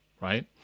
Right